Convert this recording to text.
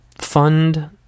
fund